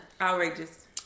Outrageous